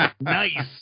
Nice